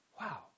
Wow